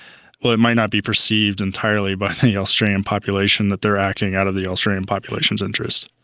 might not be perceived entirely by the australian population that they're acting out of the australian population's interest.